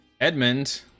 Edmund